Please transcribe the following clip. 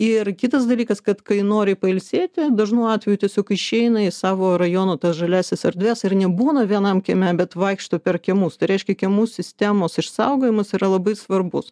ir kitas dalykas kad kai nori pailsėti dažnu atveju tiesiog išeina į savo rajono tas žaliąsias erdves ir nebūna vienam kieme bet vaikšto per kiemus tai reiškia kiemų sistemos išsaugojimas yra labai svarbus